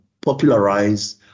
popularize